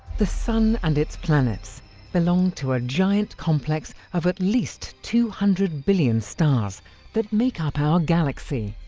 the sun and its planets belong to a giant complex of at least two hundred billion stars that make up our galaxy,